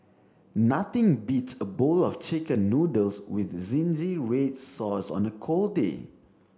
nothing beats a bowl of chicken noodles with zingy red sauce on a cold day